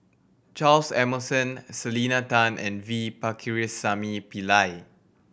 Charles Emmerson Selena Tan and V Pakirisamy Pillai